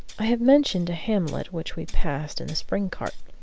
i have mentioned a hamlet which we passed in the spring-cart.